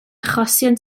achosion